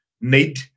need